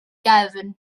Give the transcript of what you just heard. gefn